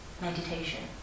meditation